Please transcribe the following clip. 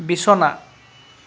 বিছনা